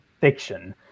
fiction